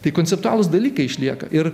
tai konceptualūs dalykai išlieka ir